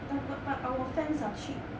but but but our fans are cheap